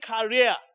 career